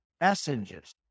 messages